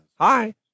Hi